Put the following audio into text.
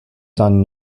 done